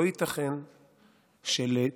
לא ייתכן שלצידנו